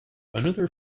another